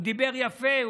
הוא דיבר יפה,